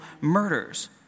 murders